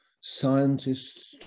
scientists